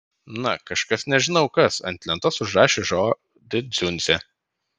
na kažkas nežinau kas ant lentos užrašė žodį dziundzė